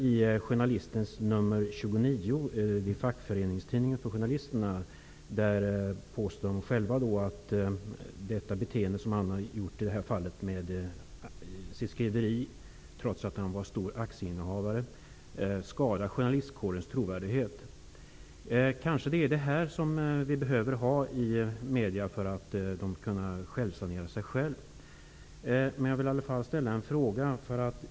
I journalisternas fackföreningstidning Journalisten nr 29/30 sägs att denne journalists beteende -- han skrev om ett företag trots att han hade ett stort aktieinnehav -- skadar journalistkårens trovärdighet. Detta är kanske vad som behövs i media för att det skall kunna bli självsanering, men jag vill ändå ställa en fråga.